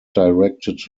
directed